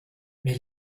wir